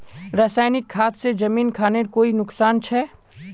रासायनिक खाद से जमीन खानेर कोई नुकसान छे?